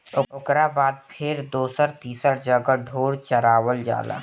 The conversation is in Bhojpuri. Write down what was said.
ओकरा बाद फेर दोसर तीसर जगह ढोर चरावल जाला